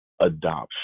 adoption